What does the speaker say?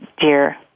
dear